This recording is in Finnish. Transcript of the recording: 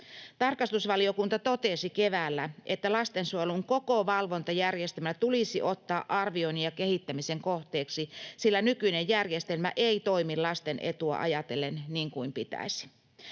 Tarkastusvaliokunta totesi keväällä, että lastensuojelun koko valvontajärjestelmä tulisi ottaa arvioinnin ja kehittämisen kohteeksi, sillä nykyinen järjestelmä ei toimi lasten etua ajatellen niin kuin pitäisi.